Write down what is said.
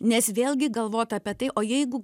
nes vėlgi galvota apie tai o jeigu